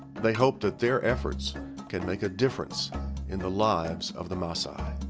they hope that their efforts can make a difference in the lives of the maasai.